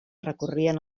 recorrien